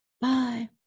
Bye